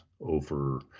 over